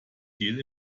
gel